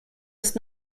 ist